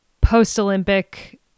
post-olympic